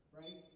right